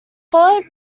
followed